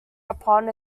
upon